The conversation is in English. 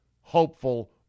hopeful